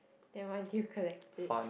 then why did you collect it